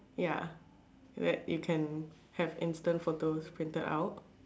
ya that you can have instant photos printed out